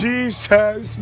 Jesus